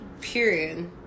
period